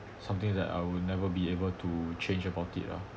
something that I will never be able to change about it lah